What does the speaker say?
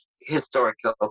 historical